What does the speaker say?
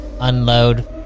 unload